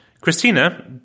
Christina